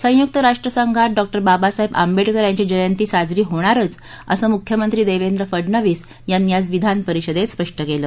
संयुक्त राष्ट्रसंघात डॉ बाबासाहेब आंबेडकर यांची जयंती साजरी होणारच असं मुख्यमंत्री देवेंद्र फडनवीस यांनी आज विधानपरिषदेत स्पष्ट केलं